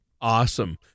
Awesome